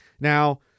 Now